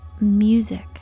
music